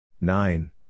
Nine